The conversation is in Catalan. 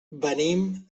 venim